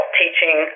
teaching